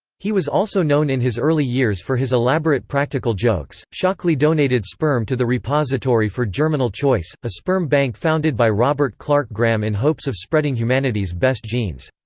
he was also known in his early years for his elaborate practical jokes shockley donated sperm to the repository for germinal choice, a sperm bank founded by robert klark graham in hopes of spreading humanity's best genes.